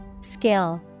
Skill